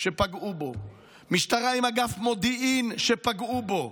שפגעו בו, משטרה עם אגף מודיעין שפגעו בו,